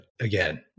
again